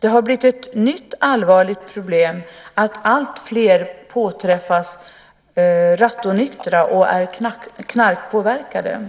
Det har blivit ett nytt allvarligt problem att alltfler påträffas rattonyktra och är knarkpåverkade.